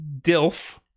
Dilf